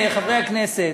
חברי הכנסת,